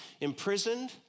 imprisoned